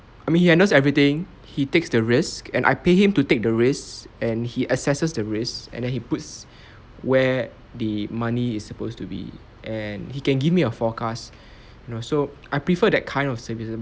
I mean he handles everything he takes the risk and I pay him to take the risk and he assesses the risks and then he puts where the money is supposed to be and he can give me a forecast you know so I prefer that kind of services